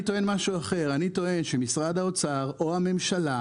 אני טוען משהו אחר שמשרד האוצר או הממשלה,